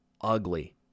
ugly